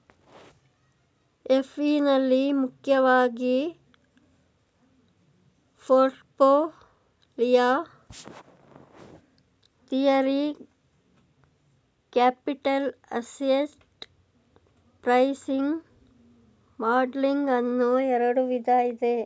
FE ನಲ್ಲಿ ಮುಖ್ಯವಾಗಿ portfolio theory, capital asset pricing modelling ಅನ್ನೋ ಎರಡು ವಿಧ ಇದೆ